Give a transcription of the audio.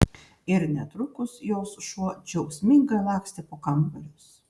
ir netrukus jos šuo džiaugsmingai lakstė po kambarius